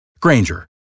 Granger